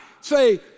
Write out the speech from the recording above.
say